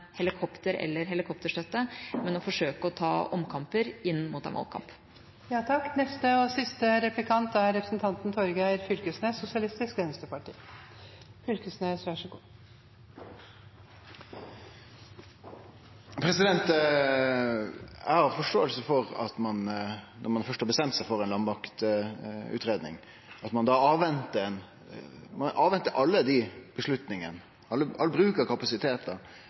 helikopter eller helikopterstøtte, men å forsøke å ta omkamper inn mot en valgkamp. Eg har forståing for at ein, når ein først har bestemt seg for ei landmaktutgreiing, ventar med alle avgjerdene, all bruk av nye kapasitetar